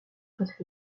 reste